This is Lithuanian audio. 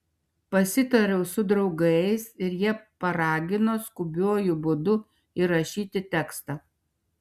pasitariau su draugais ir jie paragino skubiuoju būdu įrašyti tekstą